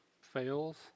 fails